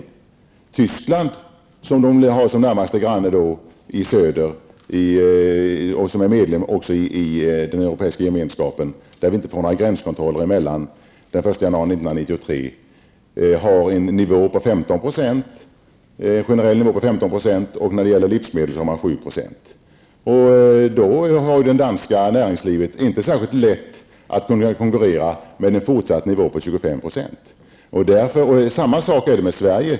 Tyskland, som Danmark har som sin närmaste granne i söder och som är medlem i EG där man inte har några gränskontroller mellan länder från den 1 januari 1993, har en generell nivå på 15 % och för livsmedel 7 %. Då har det danska näringslivet inte särskilt lätt att konkurrera med en fortsatt nivå på 25 %. Detsamma gäller Sverige.